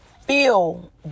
feel